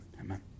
amen